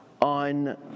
on